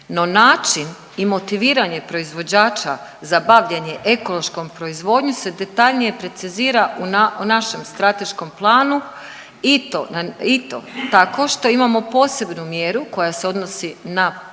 no način i motiviranje proizvođača za bavljenje ekološkom proizvodnjom se detaljnije precizira u našem strateškom planu i to, i to tako što imamo posebnu mjeru koja se odnosi na ekološki